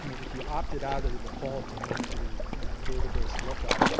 if you opted out of the default and went to the database lookup,